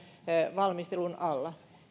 valmistelun alla